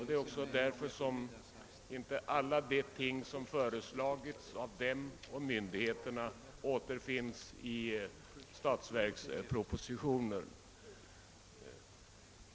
Det är därför som inte alla de förbättringar som föreslagits av denna och av myndigheterna återfinns i statsverkspropositionen.